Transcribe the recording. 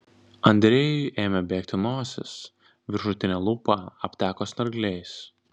andrejui ėmė bėgti nosis viršutinė lūpa apteko snargliais